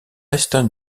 est